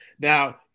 Now